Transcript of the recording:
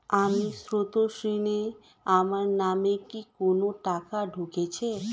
আমি স্রোতস্বিনী, আমার নামে কি কোনো টাকা ঢুকেছে?